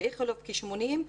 באיכילוב כ-80,